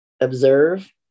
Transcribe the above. observe